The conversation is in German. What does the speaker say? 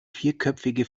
vierköpfige